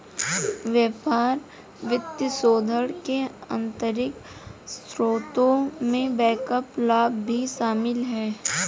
व्यापार वित्तपोषण के आंतरिक स्रोतों में बैकअप लाभ भी शामिल हैं